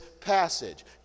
passage